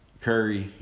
Curry